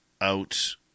out